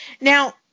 Now